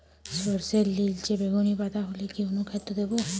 সরর্ষের নিলচে বেগুনি পাতা হলে কি অনুখাদ্য দেবো?